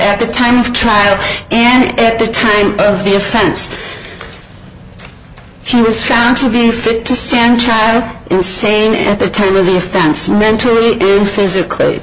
at the time of trial and at the time of the offense he was found to be unfit to stand trial insane at the time of the offense mentally and physically